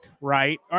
right